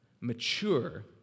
mature